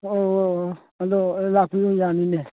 ꯑꯣ ꯑꯗꯣ ꯂꯥꯛꯄꯤꯌꯨ ꯌꯥꯅꯤꯅꯦ